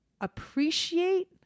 appreciate